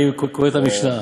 אני קורא את המשנה,